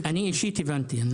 אני הבנתי.